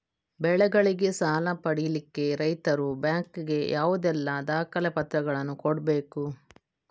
ಬೆಳೆಗಳಿಗೆ ಸಾಲ ಪಡಿಲಿಕ್ಕೆ ರೈತರು ಬ್ಯಾಂಕ್ ಗೆ ಯಾವುದೆಲ್ಲ ದಾಖಲೆಪತ್ರಗಳನ್ನು ಕೊಡ್ಬೇಕು?